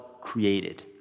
created